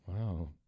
wow